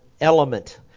element